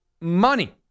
money